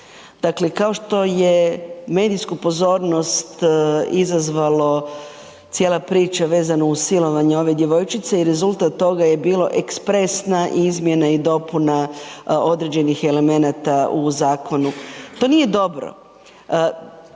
Dakle kao što je medijsku pozornost izazvalo cijela priča vezano uz silovanje ove djevojčice i rezultat toga je bilo ekspresna izmjena i dopuna određenih elemenata u zakonu. To nije dobro,